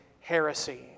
heresy